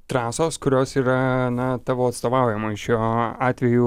trasos kurios yra na tavo atstovaujamoj šiuo atveju